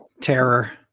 terror